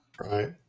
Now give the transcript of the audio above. right